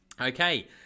Okay